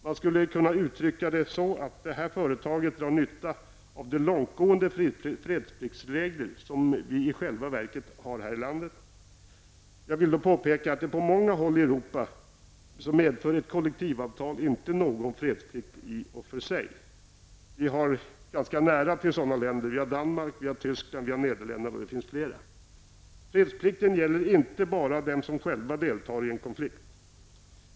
Man skulle kunna uttrycka det så, att det här företaget drar nytta av de långtgående fredspliktsregler som vi i själva verket har här i landet. Jag vill då påpeka att på många håll i Europa medför ett kollektivavtal inte någon fredsplikt i sig. Vi har ganska nära till sådana länder. Det gäller Danmark, Tyskland och Nederländerna, och det finns flera. Fredsplikten gäller inte bara dem som själva deltar i en konflikt.